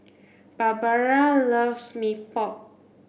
Barbara loves Mee Pok